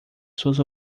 suas